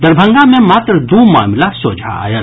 दरभंगा मे मात्र दू मामिला सोझा आयल